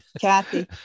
Kathy